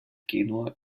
genua